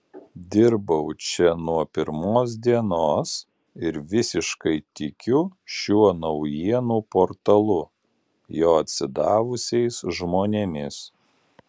dirbau čia nuo pirmos dienos ir visiškai tikiu šiuo naujienų portalu jo atsidavusiais žmonėmis